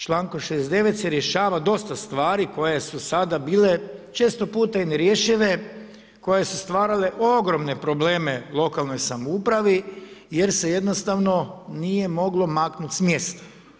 Člankom 69. se rješava dosta stvari koje su sada bile često puta i nerješive, koje su stvarale ogromne probleme lokalnoj samoupravi jer se jednostavno nije moglo maknut s mjesta.